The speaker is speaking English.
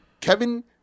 Kevin